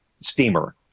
steamer